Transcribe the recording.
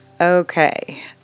Okay